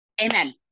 Amen